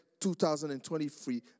2023